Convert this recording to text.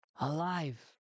alive